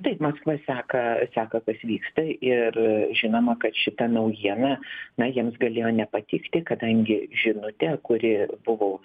taip maskva seka seka kas vyksta ir žinoma kad šita naujiena na jiems galėjo nepatikti kadangi žinutė kuri buvo